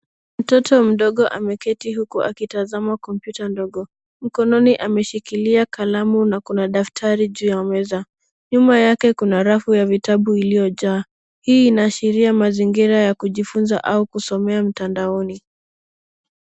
Mtoto mdogo ameketi huku akitazama kompyuta ndogo, mkononi ameshikilia kalamu na kuna daftari juu ya meza. Nyuma yake kuna rafu ya vitabu iliyojaa, hii inaashiria mazingira ya kujifunza au kusomea mtandaoni.